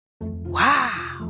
Wow